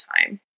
time